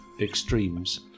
extremes